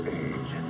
age